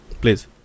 please